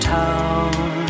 town